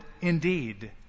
indeed